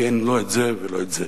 כי אין לא את זה ולא את זה.